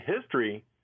history